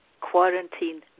quarantine